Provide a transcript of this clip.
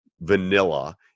vanilla